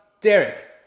Derek